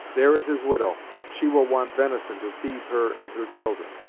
there is his widow she will want venison to feed her and her children,